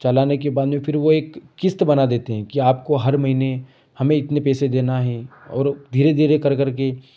चलाने के बाद में फिर वह एक किस्त बना देते हैं कि आपको हर महीने हमें इतने पैसे देना हैं और धीरे धीरे कर करके